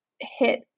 hit